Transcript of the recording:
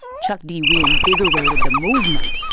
chuck d reinvigorated the movement.